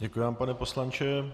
Děkuji vám, pane poslanče.